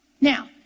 Now